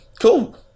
Cool